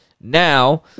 Now